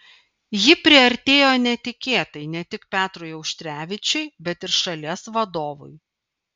ji priartėjo netikėtai ne tik petrui auštrevičiui bet ir šalies vadovui